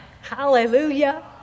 Hallelujah